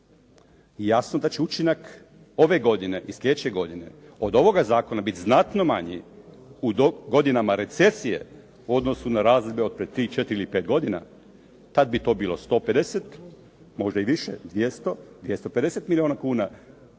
Jasno da će učinak ove godine i slijedeće godine od ovoga zakona biti znatno manji u godinama recesije u odnosu na razdoblje od prije 3, 4 ili 5 godina. Tad bi to bilo 150, možda i više 200, 250 milijona kuna,